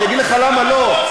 אגיד לך למה לא,